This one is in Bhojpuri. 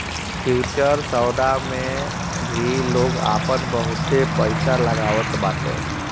फ्यूचर्स सौदा मे भी लोग आपन बहुते पईसा लगावत बाटे